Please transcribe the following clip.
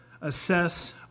assess